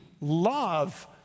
love